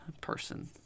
person